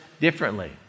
differently